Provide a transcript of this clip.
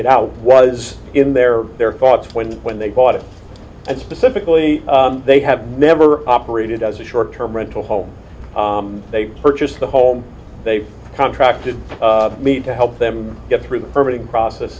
it out was in their their thoughts when when they bought it and specifically they have never operated as a short term rental home they purchased the home they contracted me to help them get through the permanent process